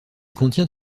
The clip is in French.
contient